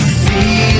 see